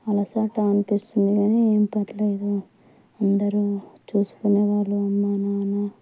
అలసట అనిపిస్తుంది కానీ ఏం పర్లేదు అందరూ చూసుకునేవాళ్ళు అమ్మా నాన్న